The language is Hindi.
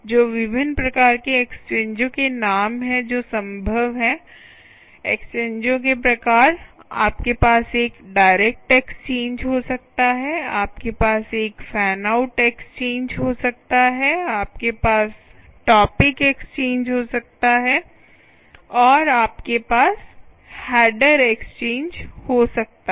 जो विभिन्न प्रकार के एक्सचेंजों के नाम हैं जो संभव हैं एक्सचेंजों के प्रकार आपके पास एक डायरेक्ट एक्सचेंज हो सकता है आपके पास एक फैन आउट एक्सचेंज हो सकता है आपके पास टॉपिक एक्सचेंज हो सकता हैं और आपके पास हेडर एक्सचेंज हो सकता हैं